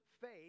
faith